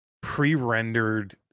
pre-rendered